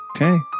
Okay